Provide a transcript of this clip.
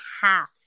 half